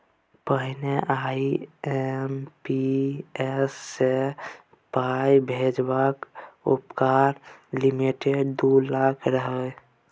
पहिने आइ.एम.पी.एस सँ पाइ भेजबाक उपरका लिमिट दु लाख रहय